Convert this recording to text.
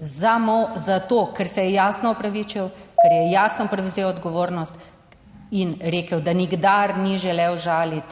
zato, ker se je jasno opravičil, ker je jasno prevzel odgovornost in rekel, da nikdar ni želel žaliti